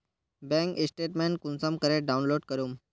Bank statement कुंसम करे download करूम?